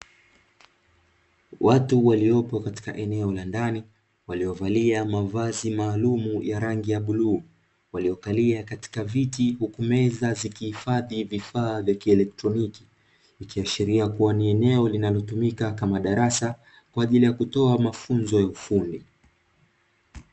Watu waliopo katika eneo la ndani, waliovalia mavazi maalumu ya rangi ya bluu, waliokalia katika viti huku meza zikihifadhi vifaa vya kielektroniki, ikiashiria kuwa ni eneo linalotumika kama darasa kwa ajili ya kutoa mafunzo ya ufundi.